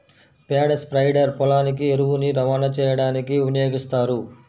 పేడ స్ప్రెడర్ పొలానికి ఎరువుని రవాణా చేయడానికి వినియోగిస్తారు